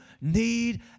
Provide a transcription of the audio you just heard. need